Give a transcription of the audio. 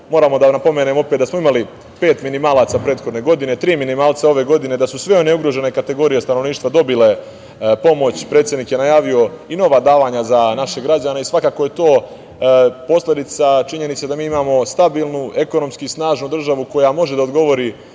moramo da napomenom opet da smo imali pet minimalaca prethodne godine, tri minimalca ove godine, da su sve one ugrožene kategorije stanovništva dobile pomoć. Predsednik je najavio i nova davanja za naše građane i svakako je to posledica činjenice da mi imamo stabilnu, ekonomski snažnu državu koja može da odgovori